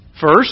First